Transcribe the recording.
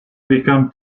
become